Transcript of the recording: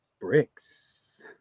bricks